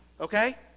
okay